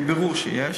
בבירור שיש,